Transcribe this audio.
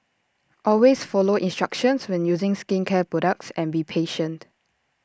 always follow instructions when using skincare products and be patient